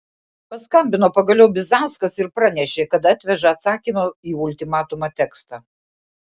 paskambino pagaliau bizauskas ir pranešė kad atveža atsakymo į ultimatumą tekstą